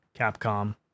capcom